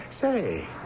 Say